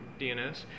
DNS